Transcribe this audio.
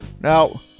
Now